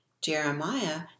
Jeremiah